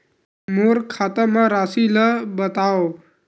मोर खाता म राशि ल बताओ?